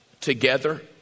together